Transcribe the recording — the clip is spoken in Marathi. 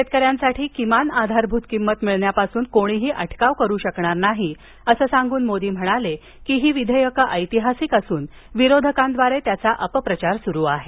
शेतकऱ्यांसाठी किमान आधारभूत किमत मिळण्यापासून कोणीही अटकाव करू शकणार नाही असं सांगुन मोदी म्हणाले की ही विधेयकं ऐतिहासिक असून विरोधकांद्वारे त्याचा अपप्रचार सुरु आहे